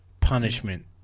punishment